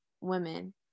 women